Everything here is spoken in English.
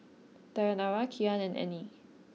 Dayanara Kian and Annie